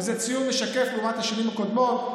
וזה ציון משקף לעומת השנים הקודמות,